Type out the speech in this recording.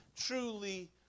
truly